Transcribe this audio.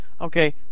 okay